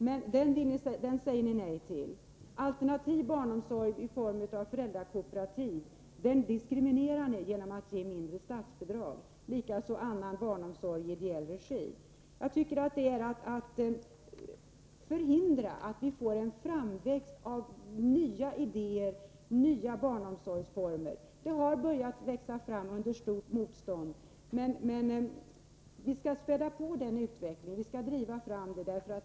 Den säger ni socialdemokrater nej till. Alternativ barnomsorg i form av föräldrakooperativ och barnomsorg i ideell regi diskriminerar ni genom att ge den mindre statsbidrag. Det är att förhindra att vi får en framväxt av nya idéer och nya barnomsorgsformer. Det har börjat växa fram sådana under stort motstånd, men vi skall spä på den utvecklingen och driva fram alternativ.